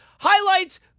highlights